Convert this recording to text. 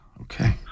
okay